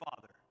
father